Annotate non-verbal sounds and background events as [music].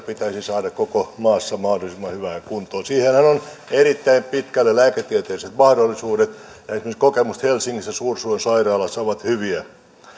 [unintelligible] pitäisi saada koko maassa mahdollisimman hyvään kuntoon siihenhän on erittäin pitkälle lääketieteelliset mahdollisuudet ja esimerkiksi kokemukset helsingissä suursuon sairaalassa ovat hyviä